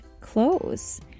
clothes